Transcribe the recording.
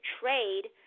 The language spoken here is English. trade